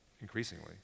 increasingly